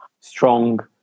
strong